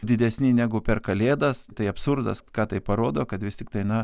didesni negu per kalėdas tai absurdas ką tai parodo kad vis tiktai na